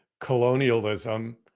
colonialism